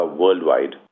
worldwide